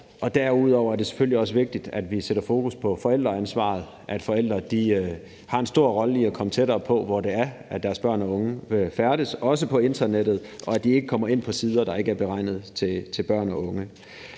Derudover er det selvfølgelig også vigtigt, at vi sætter fokus på forældreansvaret og på, at forældre har en stor rolle i at komme tættere på, hvor det er, deres børn og unge færdes, også på internettet, og at de ikke kommer ind på sider, der ikke er beregnet til børn og unge.